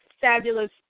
fabulous